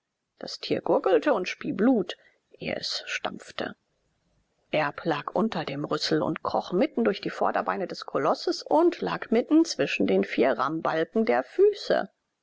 das tier gurgelte und spie blut ehe es stampfte erb lag unter dem rüssel und kroch mitten durch die vorderbeine des kolosses und lag mitten zwischen den vier rammbalken der füße